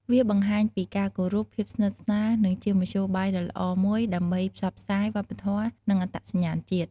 វាបង្ហាញពី ការគោរព ភាពស្និទ្ធស្នាល និងជាមធ្យោបាយដ៏ល្អមួយដើម្បីផ្សព្វផ្សាយ វប្បធម៌ និងអត្តសញ្ញាណជាតិ។